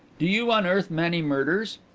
do you unearth many murders?